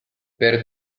per